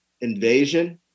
invasion